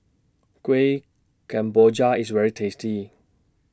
Kuih Kemboja IS very tasty